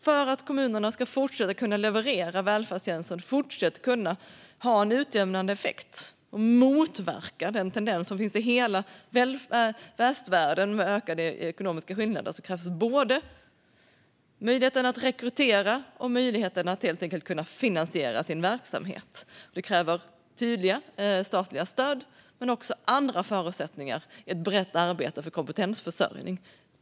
För att kommunerna ska kunna fortsätta att leverera välfärdstjänster som fortsätter att ha en utjämnande effekt och motverkar den tendens till ökade ekonomiska skillnader som finns i hela västvärlden krävs alltså både möjligheten att rekrytera och möjligheten att finansiera verksamheten. Det kräver tydliga statliga stöd men också andra förutsättningar, som ett brett arbete med kompetensförsörjning.